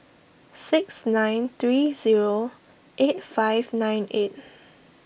six nine three zero eight five nine eight